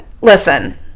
Listen